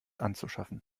anzuschaffen